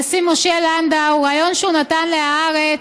הנשיא משה לנדאו, ריאיון שהוא נתן להארץ,